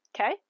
Okay